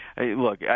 Look